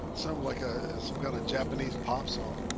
sounds like a some kind of japanese pop song